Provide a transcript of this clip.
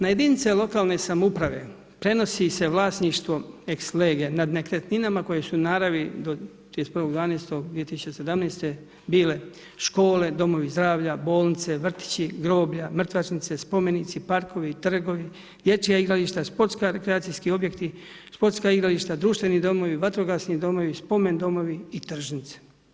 Na jedinice lokalne samouprave prenosi se vlasništvo ex lege nad nekretninama koje su u naravi do 31.12.2017. bile škole, domovi zdravlja, bolnice, vrtići, groblja, mrtvačnice, spomenici, parkovi, trgovi, dječja igrališta, sportsko-rekreacijski objekti, sportska igrališta, društveni domovi, vatrogasni domovi, spomen domovi i tržnice.